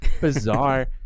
bizarre